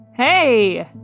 Hey